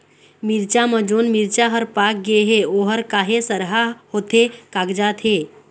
मिरचा म जोन मिरचा हर पाक गे हे ओहर काहे सरहा होथे कागजात हे?